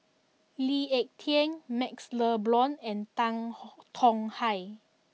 Lee Ek Tieng Maxle Blond and Tan Tong Hye